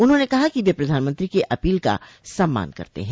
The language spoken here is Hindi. उन्होंने कहा कि वे प्रधानमंत्री की अपील का सम्मान करते हैं